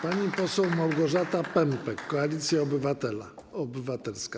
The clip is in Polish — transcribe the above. Pani poseł Małgorzata Pępek, Koalicja Obywatelska.